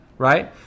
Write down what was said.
right